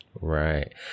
Right